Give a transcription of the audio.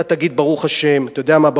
אתה תגיד, ברוך השם, אתה יודע מה?